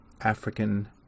African